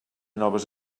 noves